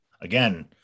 again